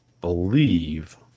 believe